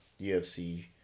UFC